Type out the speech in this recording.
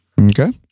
Okay